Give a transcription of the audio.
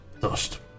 Dust